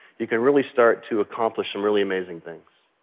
you can really start to accomplish some really amazing things.